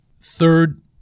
Third